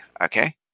Okay